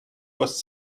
was